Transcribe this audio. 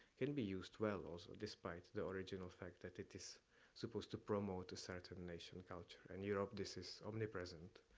can be used well also despite the original fact that it is supposed to promote a certain nation culture. in and europe, this is omnipresent.